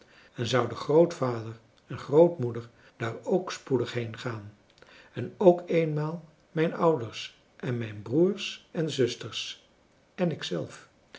en zouden grootvader en grootmoeder daar ook spoedig heengaan en ook eenmaal mijn ouders en mijn broers en zusters en